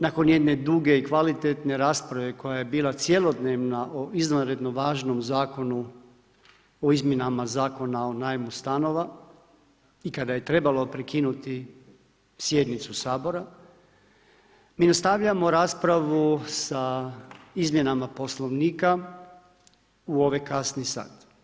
Nakon jedne duge i kvalitetne rasprave koja je bila cjelodnevna o izvanredno važnom Zakonu o izmjenama zakona o najmu stanova i kada je trebalo prekinuti sjednicu Sabora, mi nastavljamo raspravu sa izmjenama Poslovnika u ovaj kasni sat.